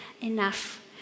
enough